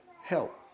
help